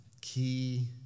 key